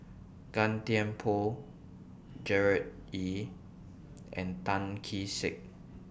Gan Thiam Poh Gerard Ee and Tan Kee Sek